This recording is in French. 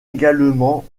également